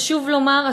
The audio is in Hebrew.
חשוב לומר,